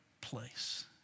place